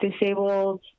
disabled